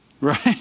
Right